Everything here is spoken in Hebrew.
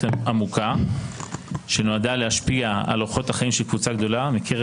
עמוקה שנועדה להשפיע על אורחות החיים של אוכלוסייה גדולה מקרב